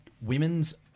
women's